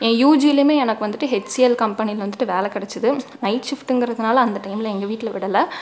ஏன் யுஜிலயுமே எனக்கு வந்துட்டு ஹெச்சிஎல் கம்பெனியில் வந்துட்டு வேலை கிடச்சிது நைட் சிஃப்ட்டுங்கிறதுனால அந்த டைம்ல எங்கள் வீட்டில விடலை